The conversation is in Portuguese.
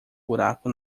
buraco